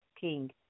King